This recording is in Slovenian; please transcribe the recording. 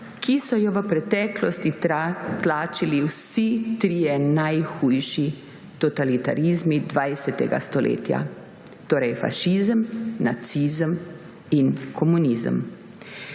ki so jo v preteklosti tlačili vsi trije najhujši totalitarizmi 20. stoletja, torej fašizem, nacizem in komunizem.